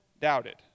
doubted